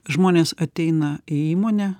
žmonės ateina į įmonę